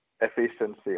efficiency